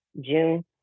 June